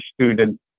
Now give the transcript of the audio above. student